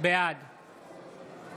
בעד